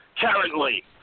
currently